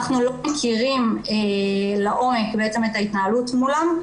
אנחנו לא מכירים לעומק בעצם את ההתנהלות מולם.